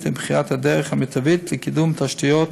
ובחירת הדרך המיטבית לקידום תשתיות